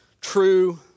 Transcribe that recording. true